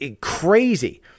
crazy